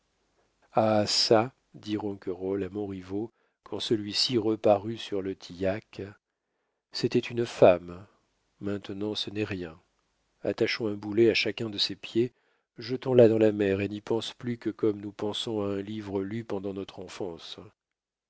ah çà dit ronquerolles à montriveau quand celui-ci reparut sur le tillac c'était une femme maintenant ce n'est rien attachons un boulet à chacun de ses pieds jetons la dans la mer et n'y pense plus que comme nous pensons à un livre lu pendant notre enfance